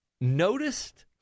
noticed